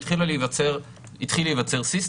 התחיל להיווצר סיסטם.